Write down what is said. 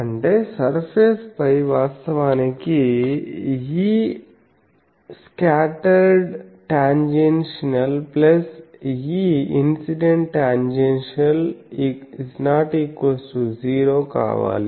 అంటే సర్ఫేస్ పై వాస్తవానికి Escattered tang E incident tang ≠ 0 కావాలి